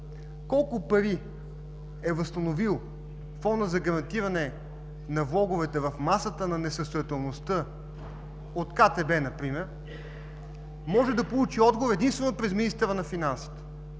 колко пари е възстановил Фондът за гарантиране на влоговете в масата на несъстоятелността от КТБ например, може да получи отговор единствено през министъра на финансите.